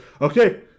Okay